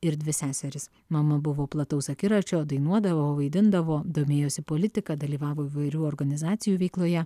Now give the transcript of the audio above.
ir dvi seseris mama buvo plataus akiračio dainuodavo vaidindavo domėjosi politika dalyvavo įvairių organizacijų veikloje